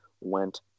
went